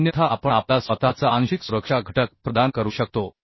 अन्यथा आपण आपला स्वतःचा आंशिक सुरक्षा घटक प्रदान करू शकतो